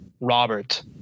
Robert